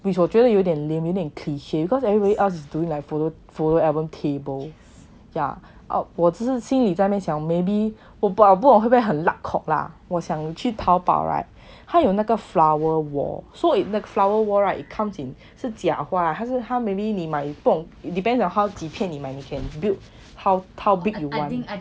which 我觉得有点 lame 有一点 cliche because everybody else is doing like photos photo album table yeah out 我只是心里在那边想 maybe oh 我不懂会不会很 luck kok lah 我想去淘宝 right 他有那个 flower wall so if you 那个 flower wall right it comes in 是假花他是他 maybe 你买不懂 depends on how ma~ 几片你买 you can built how how big you want